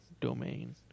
domain